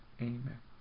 Amen